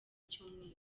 cyumweru